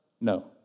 no